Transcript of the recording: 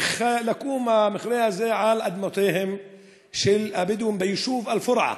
המכרה הזה הולך לקום על אדמותיהם של הבדואים מהיישוב אל-פורעה,